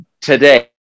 today